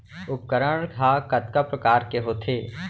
उपकरण हा कतका प्रकार के होथे?